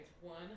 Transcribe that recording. One